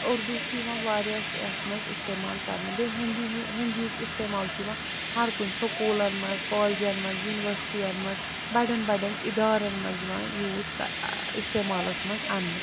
اُردو چھُ یِوان واریاہ یَتھ منٛز اِستعمال کَرنہٕ بیٚیہِ ہِندی ہِنٛد یُک اِستعمال چھُ یِوان ہَر کُنہِ سُکوٗلَن منٛز کالجَن منٛز یوٗنیورسٹِیَن منٛز بَڑٮ۪ن بَڑٮ۪ن اِدارَن منٛز یِوان یوٗزک اِستعمالَس منٛز اَنٛنہٕ